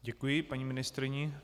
Děkuji paní ministryni.